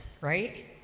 right